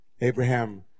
Abraham